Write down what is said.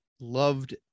loved